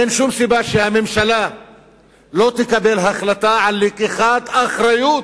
אין שום סיבה שהממשלה לא תקבל החלטה על לקיחת אחריות